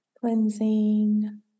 Cleansing